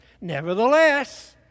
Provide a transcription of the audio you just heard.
Nevertheless